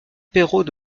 perrault